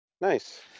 Nice